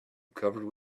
covered